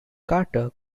charter